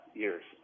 years